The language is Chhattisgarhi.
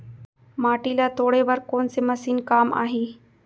माटी ल तोड़े बर कोन से मशीन काम आही?